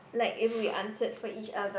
like if we answered for each other